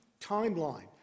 timeline